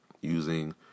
Using